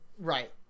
Right